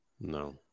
No